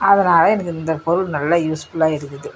அதனால் எனக்கு இந்த பொருள் நல்ல யூஸ்ஃபுல்லாக இருக்குது